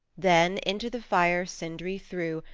then into the fire sindri threw,